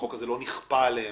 החוק הזה לא נכפה עליהם.